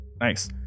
Nice